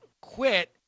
quit